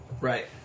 Right